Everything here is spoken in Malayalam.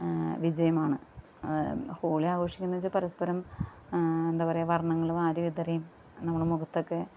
വിജയമാണ് ഹോളി ആഘോഷിക്കുന്നതെന്ന് വെച്ചാൽ പരസ്പരം എന്താ പറയുക വര്ണ്ണങ്ങള് വാരിവിതറി നമ്മുടെ മുഖത്തൊക്കെ